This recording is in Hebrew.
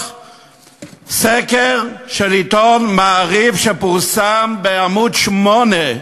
סקר של עיתון "מעריב" שפורסם בעמוד 8,